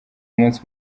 umunsi